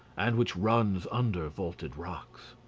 and which runs under vaulted rocks.